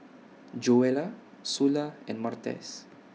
Joella Sula and Martez